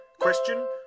Question